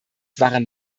waren